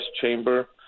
Chamber